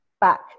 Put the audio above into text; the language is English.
back